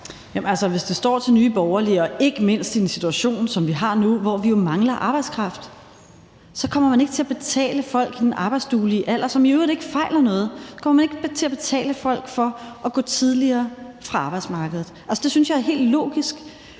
hvis det står til Nye Borgerlige – og ikke mindst i den situation, som vi har nu, hvor vi jo mangler arbejdskraft – kommer man ikke til at betale folk i den arbejdsduelige alder, som i øvrigt ikke fejler noget, for at gå tidligere fra arbejdsmarkedet. Altså, det synes jeg er helt logisk.